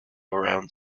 around